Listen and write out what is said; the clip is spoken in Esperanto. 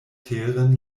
teren